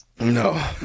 No